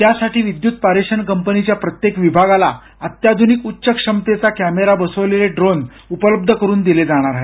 त्यासाठी विद्युत पारेषण कंपनीच्या प्रत्येक विभागाला अत्याध्निक उच्च क्षमतेचा कॅमेरा बसवलेले ड्रोन उपलब्ध करून दिले जाणार आहेत